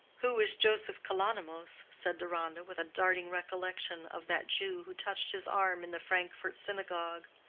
who is joseph kalonymos? said deronda, with a darting recollection of that jew who touched his arm in the frankfort synagogue.